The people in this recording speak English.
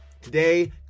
Today